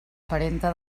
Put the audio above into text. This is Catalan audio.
parenta